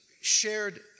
shared